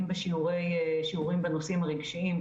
אם בשיעורים בנושאים רגשיים,